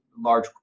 large